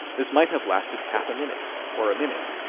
this might have lasted half a minute, or a minute,